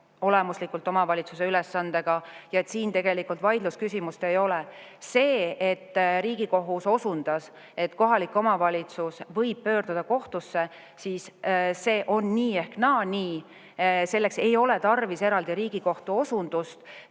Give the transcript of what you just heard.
olemuslikult kohaliku omavalitsuse ülesandega ja tegelikult vaidlusküsimust ei ole. See, et Riigikohus osundas, et kohalik omavalitsus võib pöörduda kohtusse – see on nii või teisiti nii. Selleks ei ole tarvis eraldi Riigikohtu osundust.